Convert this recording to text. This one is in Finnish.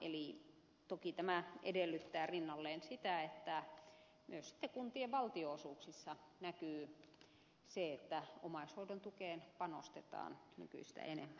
eli toki tämä edellyttää rinnalleen sitä että myös sitten kuntien valtionosuuksissa näkyy se että omaishoidon tukeen panostetaan nykyistä enemmän